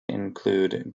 include